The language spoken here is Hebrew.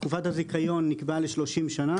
תקופת הזיכיון נקבעה ל-30 שנים,